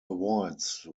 avoids